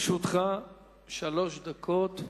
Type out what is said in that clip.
לרשותך שלוש דקות.